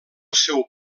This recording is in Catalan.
seu